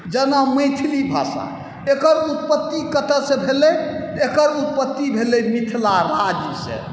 जेना मैथिली भाषा एकर उत्पत्ति कतऽसँ भेलै एकर उत्पत्ति भेलै मिथिला राज्यसँ